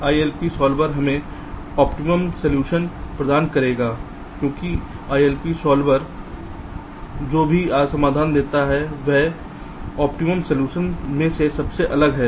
ILP solver हमें optimum समाधान प्रदान करेगा क्योंकि ILP solver ILP solver IPL Solver जो भी समाधान देता है वह ऑप्टिमम समाधानों समाधानओ में से सबसे अच्छा है